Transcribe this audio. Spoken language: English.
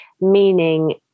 meaning